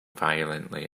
violently